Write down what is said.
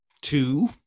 Two